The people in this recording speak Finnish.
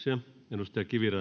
arvoisa